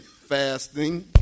fasting